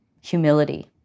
humility